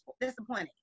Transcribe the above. disappointing